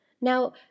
Now